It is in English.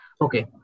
Okay